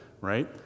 right